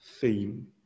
theme